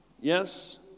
Yes